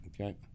okay